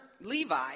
Levi